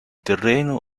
terreno